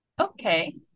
Okay